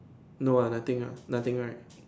no lah nothing lah nothing right